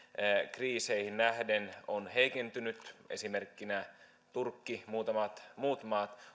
kriiseihin nähden on heikentynyt esimerkkinä turkki muutamat muut maat